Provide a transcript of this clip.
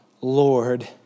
Lord